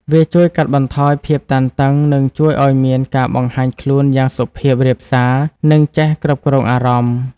វាជួយកាត់បន្ថយភាពតានតឹង និងជួយឲ្យមានការបង្ហាញខ្លួនយ៉ាងសុភាពរាបសារ និងចេះគ្រប់គ្រងអារម្មណ៍។